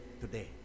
today